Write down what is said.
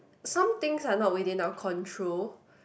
something things are not within our control